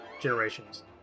Generations